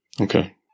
Okay